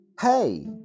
Hey